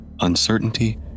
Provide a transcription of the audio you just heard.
Uncertainty